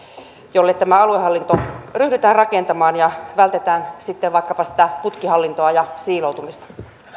joille tämä aluehallinto ryhdytään rakentamaan ja vältetään sitten vaikkapa sitä putkihallintoa ja siiloutumista